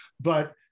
but-